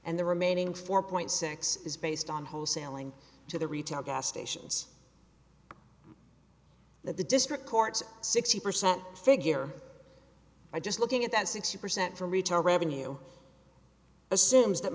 and the remaining four point six is based on wholesaling to the retail gas stations that the district court sixty percent figure by just looking at that sixty percent for retail revenue assumes that